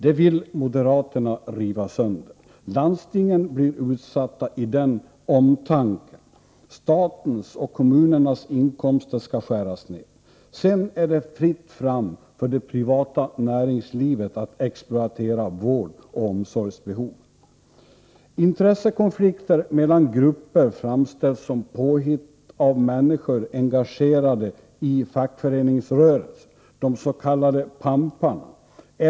Det vill moderaterna riva sönder. Landstingen blir utsatta i den ”omtanken”, statens och kommunernas inkomster skall skäras ned. Sedan är det fritt fram för det privata näringslivet att exploatera vårdoch omsorgsbehoven. Intressekonflikter mellan grupper framställs som påhitt av människor engagerade i fackföreningsrörelsen, de s.k. pamparna.